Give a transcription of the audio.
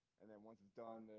and then once it's done there.